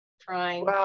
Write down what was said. trying